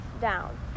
down